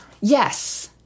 Yes